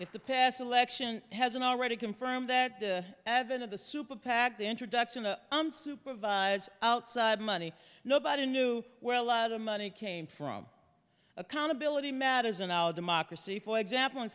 if the past election hasn't already confirmed that the advent of the super pac the introduction of unsupervised outside money nobody knew where a lot of money came from accountability matters in our democracy for example in